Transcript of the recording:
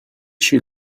she